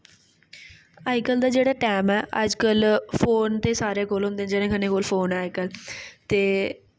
अज्ज कल दा जेह्ड़ा टैम ऐ अज्ज कल फोन ते सारें कोल होंदे न जने खने कोल फोन ऐ अज्ज कल ते